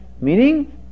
Meaning